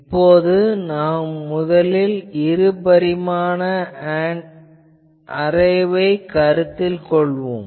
எனவே நாம் முதலில் இரு பரிமாண அரேவைக் கருத்தில் கொள்ளுவோம்